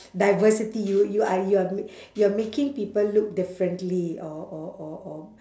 diversity you you are you are doi~ you are making people look differently or or or or